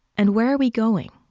and where are we going?